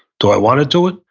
do i want to do it?